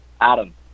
Adam